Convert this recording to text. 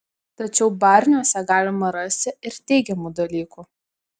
tačiau barniuose galima rasti ir teigiamų dalykų